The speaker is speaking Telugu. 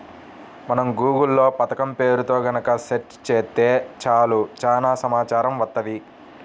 మనం గూగుల్ లో పథకం పేరుతో గనక సెర్చ్ చేత్తే చాలు చానా సమాచారం వత్తది